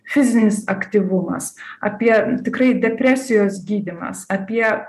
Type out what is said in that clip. fizinis aktyvumas apie tikrai depresijos gydymas apie